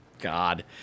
God